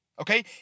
Okay